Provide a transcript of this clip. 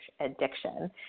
addiction